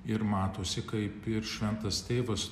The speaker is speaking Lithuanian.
ir matosi kaip ir šventas tėvas